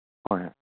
ꯍꯣꯏ ꯍꯣꯏ